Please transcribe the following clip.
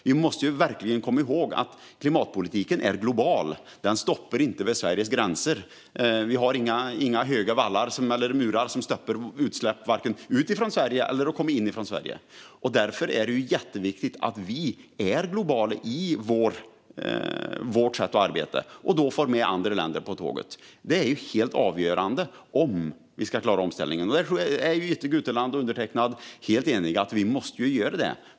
Vi måste verkligen komma ihåg att klimatpolitiken är global. Den stoppar inte vid Sveriges gränser. Vi har inga höga vallar eller murar som stoppar utsläpp från att komma vare sig ut ur eller in i Sverige. Därför är det jätteviktigt att vi är globala i vårt sätt att arbeta och får med andra länder på tåget. Det är helt avgörande om vi ska klara omställningen. Jag tror att Jytte Guteland och undertecknad är helt eniga om att vi måste göra det.